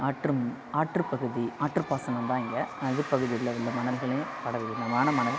ஆற்றும் ஆற்றுப்பகுதி ஆற்றுப்பாசனம் தான் இங்கே ஆற்று பகுதியில் உள்ள மணல்களையும் சுத்தமான மணல்